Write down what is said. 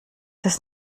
das